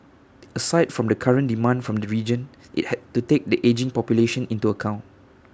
aside from the current demand from the region IT had to take the ageing population into account